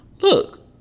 Look